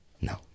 No